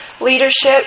leadership